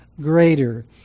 greater